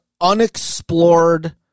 unexplored